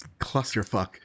clusterfuck